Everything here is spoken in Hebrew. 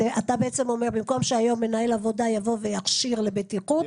אתה בעצם אומר שבמקום שמנהל עבודה יבוא ויכשיר לבטיחות,